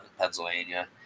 Pennsylvania